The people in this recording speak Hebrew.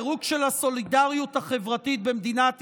פירוק של הסולידריות החברתית במדינת ישראל.